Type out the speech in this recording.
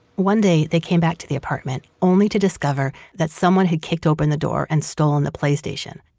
one day, they came back to the apartment only to discover that someone had kicked open the door and stolen the playstation,